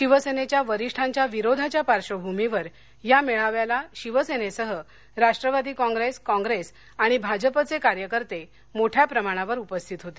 शिवसेनेच्या वरीष्ठांच्या विरोधाच्या पार्श्वभूमीवर या मेळाव्याला शिवसेनेसह राष्ट्रवादी काँग्रेस काँग्रेस आणि भाजपचे कार्यकर्ते मोठ्या प्रमाणावर उपस्थित होते